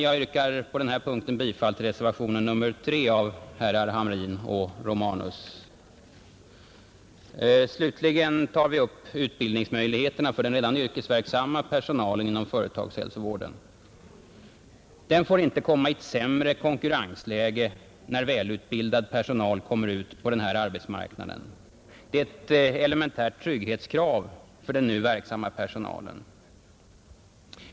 Jag yrkar på denna punkt bifall till reservationen 3 av herrar Hamrin och Romanus. Slutligen tar vi upp utbildningsmöjligheterna för den nu yrkesverksamma personalen inom företagshälsovården. Den får inte komma i ett sämre konkurrensläge, när välutbildad personal kommer ut på denna arbetsmarknad; det är ett elementärt trygghetskrav för den nu verksamma personalen.